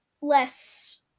less